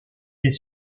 est